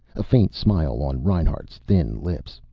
a faint smile on reinhart's thin lips,